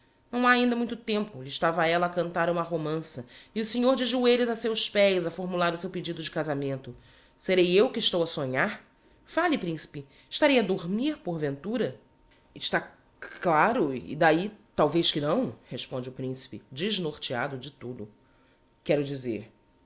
não ha ainda muito tempo lhe estava ella a cantar uma romança e o senhor de joelhos a seus pés a formular o seu pedido de casamento serei eu que estou a sonhar fale principe estarei a dormir porventura es tá c claro e d'ahi talvez que não responde o principe desnorteado de todo quero dizer